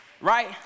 right